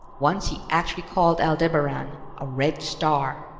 once he actually called aldebaran a red star,